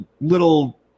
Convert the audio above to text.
little